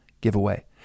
giveaway